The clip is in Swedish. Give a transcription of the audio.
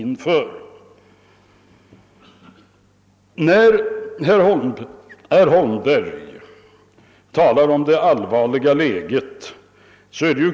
Herr Holmberg talar om det allvarliga läget.